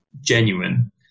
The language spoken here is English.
genuine